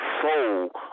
soul